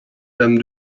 dame